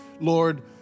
Lord